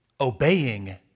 Obeying